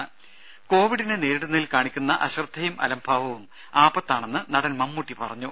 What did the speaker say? ദ്ദേ കോവിഡിനെ നേരിടുന്നതിൽ കാണിക്കുന്ന അശ്രദ്ധയും അലംഭാവവും ആപത്താണെന്ന് നടൻ മമ്മുട്ടി പറഞ്ഞു